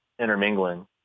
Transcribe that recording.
intermingling